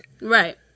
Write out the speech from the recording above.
right